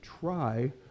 try